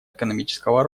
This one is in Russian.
экономического